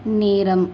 நேரம்